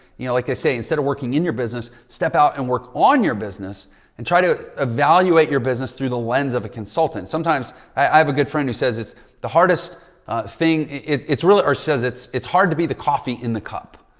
you know, like i say, instead of working in your business, step out and work on your business and try to evaluate your business through the lens of a consultant. sometimes i have a good friend who says it's the hardest thing. it's it's really our says, it's it's hard to be the coffee in the cup.